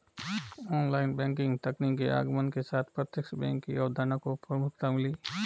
online banking तकनीक के आगमन के साथ प्रत्यक्ष बैंक की अवधारणा को प्रमुखता मिली